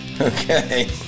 Okay